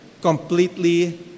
completely